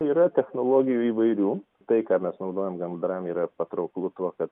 yra technologijų įvairių tai ką mes naudojam gandram yra patrauklu tuo kad